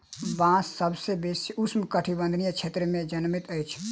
बांस सभ सॅ बेसी उष्ण कटिबंधीय क्षेत्र में जनमैत अछि